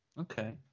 Okay